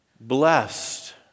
blessed